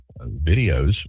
videos